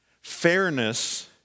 fairness